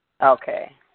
Okay